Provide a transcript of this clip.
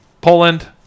Poland